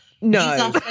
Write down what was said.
No